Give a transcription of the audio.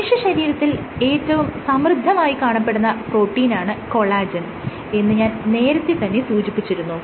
മനുഷ്യശരീരത്തിൽ ഏറ്റവും സമൃദ്ധമായി കാണപ്പെടുന്ന പ്രോട്ടീനാണ് കൊളാജെൻ എന്ന് ഞാൻ നേരത്തെ തന്നെ സൂചിപ്പിച്ചിരുന്നു